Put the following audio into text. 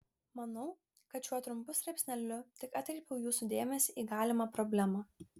manau kad šiuo trumpu straipsneliu tik atkreipiau jūsų dėmesį į galimą problemą